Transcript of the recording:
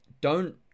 don't-